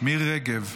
מירי רגב.